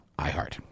iHeart